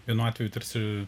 vienu atveju tarsi